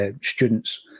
students